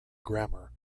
grammar